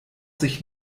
sich